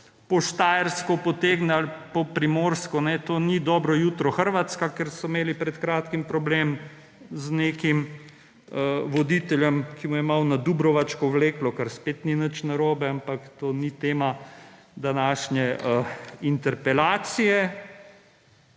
po štajersko potegne ali po primorsko, to ni Dobro jutro, Hrvatska, kjer so imeli pred kratkim problem z nekim voditeljem, ker mu je malo na dubrovačko vleklo, kar spet ni nič narobe, ampak to ni tema današnje interpelacije.